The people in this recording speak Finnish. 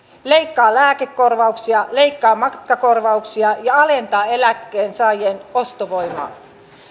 leikkaa lääkekorvauksia leikkaa matkakorvauksia ja alentaa eläkkeensaajien ostovoimaa